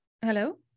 Hello